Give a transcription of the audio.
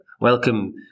Welcome